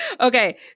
Okay